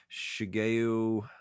Shigeu